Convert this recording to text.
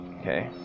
okay